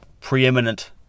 preeminent